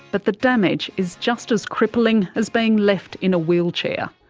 but the damage is just as crippling as being left in a wheelchair.